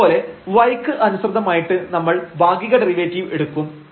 അതുപോലെ y ക്ക് അനുസൃതമായിട്ട് നമ്മൾ ഭാഗിക ഡെറിവേറ്റീവ് എടുക്കും